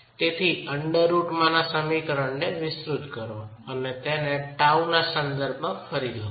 તેથી under root માંના સમીકરણ ને વિસ્તૃત કરો અને તેને τ ના સંદર્ભમાં ફરીથી લખો